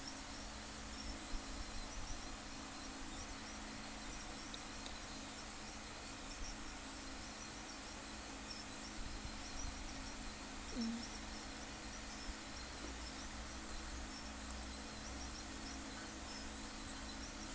mm